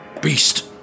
beast